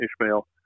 Ishmael